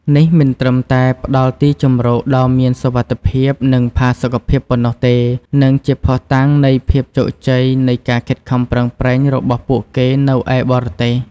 នេះមិនត្រឹមតែផ្ដល់ទីជម្រកដ៏មានសុវត្ថិភាព និងផាសុកភាពប៉ុណ្ណោះទេ និងជាភស្តុតាងនៃភាពជោគជ័យនៃការខិតខំប្រឹងប្រែងរបស់ពួកគេនៅឯបរទេស។